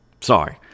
Sorry